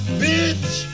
bitch